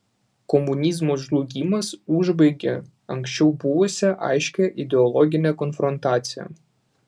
komunizmo žlugimas užbaigė anksčiau buvusią aiškią ideologinę konfrontaciją